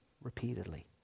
repeatedly